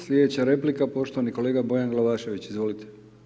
Slijedeća replika poštovani kolega Bojan Glavašević, izvolite.